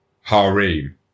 harem